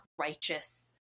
righteous